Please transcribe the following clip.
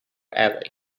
ali